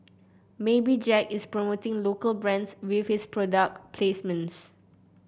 maybe Jack is promoting local brands with his product placements